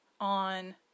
on